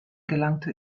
gelangte